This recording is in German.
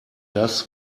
das